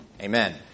Amen